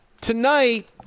Tonight